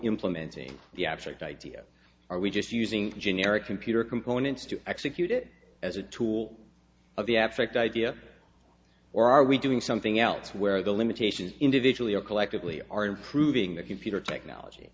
implementing the abstract idea are we just using generic computer components to execute it as a tool of the abstract idea or are we doing something else where the limitations individually or collectively are improving the computer technology